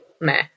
meh